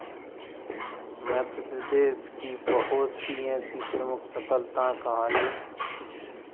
मध्य प्रदेश की बहुत सी ऐसी प्रमुख सफलता कहानी